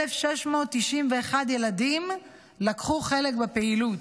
1,691 ילדים לקחו חלק בפעילות.